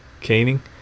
Caning